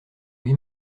lui